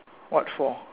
what for